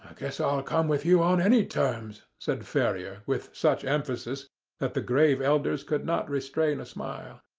guess i'll come with you on any terms, said ferrier, with such emphasis that the grave elders could not restrain a smile.